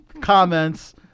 comments